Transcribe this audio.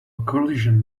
collision